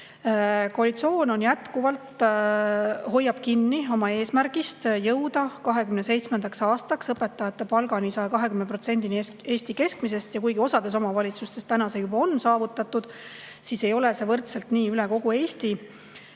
Koalitsioon hoiab jätkuvalt kinni oma eesmärgist jõuda 2027. aastaks õpetajate palgani 120% Eesti keskmisest ja kuigi osas omavalitsustes on see juba saavutatud, ei ole see nii võrdselt üle kogu Eesti.